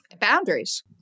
boundaries